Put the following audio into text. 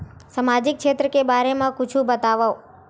सामाजिक क्षेत्र के बारे मा कुछु बतावव?